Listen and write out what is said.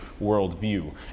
worldview